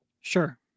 Sure